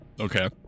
Okay